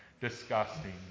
disgusting